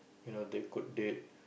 you know they could date